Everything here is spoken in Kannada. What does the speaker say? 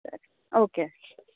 ಸರಿ ಓಕೆ ಶೋರ್